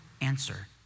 answer